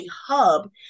hub